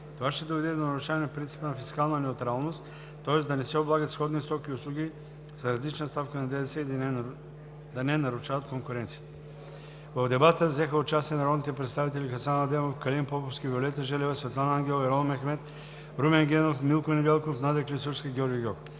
Това ще доведе до нарушаване на принципа на фискална неутралност, тоест да не се облагат сходни стоки и услуги с различна ставка на ДДС и да не нарушават конкуренцията. В дебата взеха участие народните представители доктор Хасан Адемов, доктор Калин Поповски, Виолета Желева, Светлана Ангелова, Ерол Мехмед, Румен Генов, Милко Недялков, Надя Клисурска, Георги Гьоков.